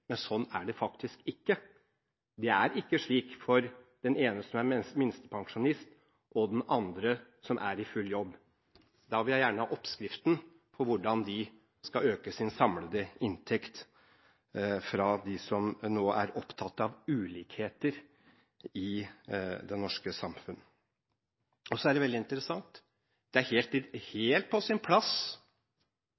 men sånn er det faktisk ikke. Det er ikke slik for den ene som er minstepensjonist, og den andre som er i full jobb. Jeg vil gjerne ha oppskriften på hvordan de skal øke sin samlede inntekt, fra dem som nå er opptatt av ulikheter i det norske samfunn. Det er også veldig interessant at det er